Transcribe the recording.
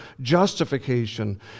justification